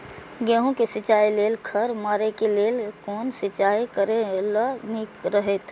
गेहूँ के सिंचाई लेल खर मारे के लेल कोन सिंचाई करे ल नीक रहैत?